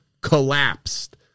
collapsed